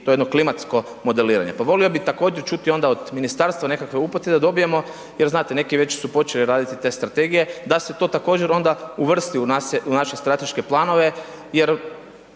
i to jedno klimatsko modeliranje. Pa volio bih također čuti od ministarstva nekakve upute da dobijemo, jer znate neki već su počeli raditi te strategije da se to također onda uvrsti u naše strateške planove jer